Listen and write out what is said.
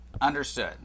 understood